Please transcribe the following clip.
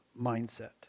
mindset